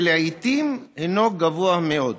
שלעיתים הינו גבוה מאוד.